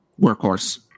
workhorse